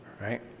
right